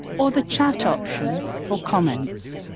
or the chat option for comments.